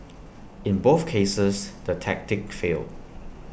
in both cases the tactic failed